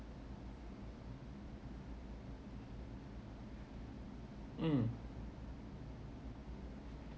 mm